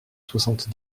soixante